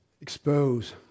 expose